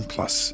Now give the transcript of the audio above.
Plus